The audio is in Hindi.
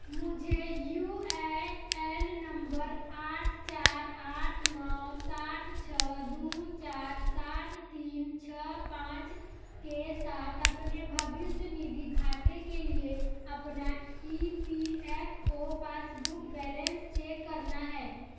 मुझे यू ए एन नम्बर आठ चार आठ नौ सात छः दो चार सात तीन छः पाँच के साथ अपने भविष्य निधि खाते के लिए अपना E P F O passbook balance check करना है